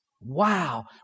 Wow